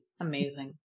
Amazing